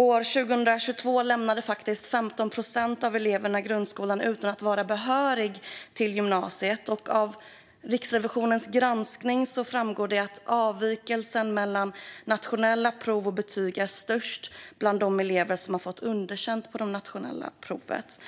År 2022 lämnade 15 procent av eleverna grundskolan utan att vara behöriga till gymnasiet. Av Riksrevisionens granskning framgår att avvikelserna mellan nationella prov och betyg är störst bland de elever som fått underkänt på det nationella provet.